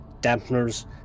dampeners